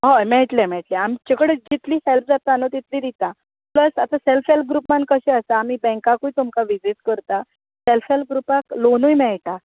हय मेळटलें मेळटलें आमचे कडेन जितली हॅल्प जाता न्हू तितली दितां प्लस आतां सेल्फ हॅल्प ग्रुपान कशें आसा आमी बँकाकूय तेंका विजीट करता सेल्फ हेल्प ग्रुपाक लोनय मेळटा